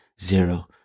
zero